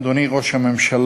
אדוני ראש הממשלה,